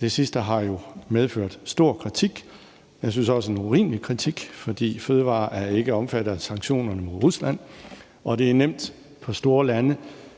Det sidste har jo medført stor kritik, og jeg synes også, det er en urimelig kritik, for fødevarer er ikke omfattet af sanktionerne mod Rusland, og det er nemt for store lande